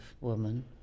woman